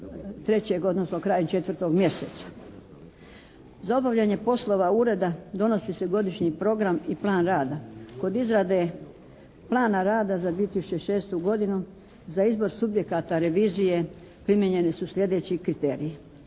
trećeg odnosno krajem četvrtog mjeseca. Za obavljanje poslova Ureda donosi se Godišnji program i plan rada. Kod izrade Plana rada za 2006. godinu za izbor subjekata revizije primijenjeni su sljedeći kriteriji: